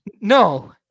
No